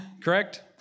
correct